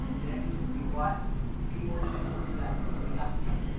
then we brought three more individuals into that group and we got ten.